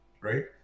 right